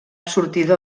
sortida